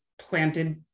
planted